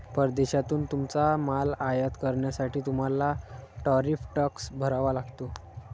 परदेशातून तुमचा माल आयात करण्यासाठी तुम्हाला टॅरिफ टॅक्स भरावा लागतो